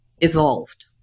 evolved